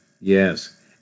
Yes